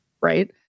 right